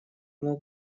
много